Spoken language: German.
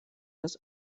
das